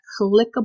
clickable